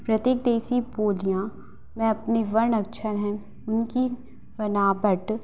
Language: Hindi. प्रतीक देशी बोलियाँ में अपने वर्ण अक्षर है उनकी बनावट